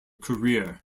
career